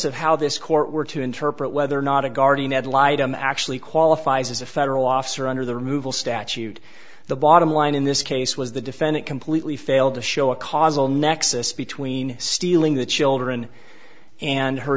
of how this court were to interpret whether or not a guardian ad litum actually qualifies as a federal officer under the removal statute the bottom line in this case was the defendant completely failed to show a causal nexus between stealing the children and her